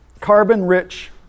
carbon-rich